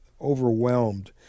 overwhelmed